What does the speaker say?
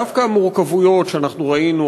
דווקא המורכבויות שאנחנו ראינו,